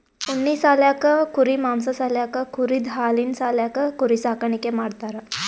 ಉಣ್ಣಿ ಸಾಲ್ಯಾಕ್ ಕುರಿ ಮಾಂಸಾ ಸಾಲ್ಯಾಕ್ ಕುರಿದ್ ಹಾಲಿನ್ ಸಾಲ್ಯಾಕ್ ಕುರಿ ಸಾಕಾಣಿಕೆ ಮಾಡ್ತಾರಾ